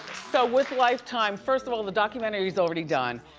so, with lifetime, first of all, the documentary's already done.